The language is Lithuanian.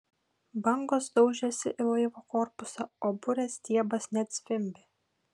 bangos daužėsi į laivo korpusą o burės stiebas net zvimbė